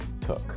took